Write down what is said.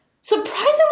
Surprisingly